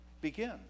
begin